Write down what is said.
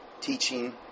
teaching